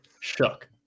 shook